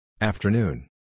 Afternoon